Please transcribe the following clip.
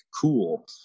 cool